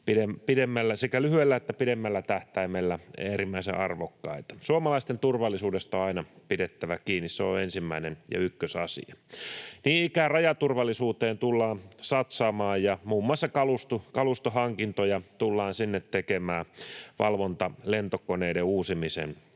sekä lyhyellä että pidemmällä tähtäimellä äärimmäisen arvokkaita. Suomalaisten turvallisuudesta on aina pidettävä kiinni. Se on ensimmäinen ja ykkösasia. Niin ikään rajaturvallisuuteen tullaan satsaamaan ja muun muassa kalustohankintoja tullaan sinne tekemään valvontalentokoneiden uusimisen